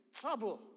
trouble